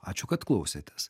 ačiū kad klausėtės